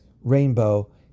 rainbow